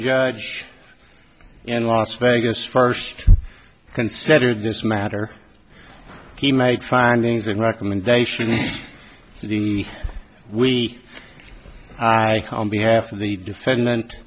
judge in las vegas first considered this matter he made findings and recommendations to the we i on behalf of the defendant